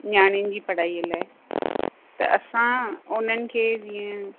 नियाणियुनि जी पढ़ाईअ लाइ त असां उन्हनि खे जीअं